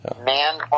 man